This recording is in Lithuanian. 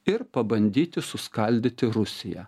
ir pabandyti suskaldyti rusiją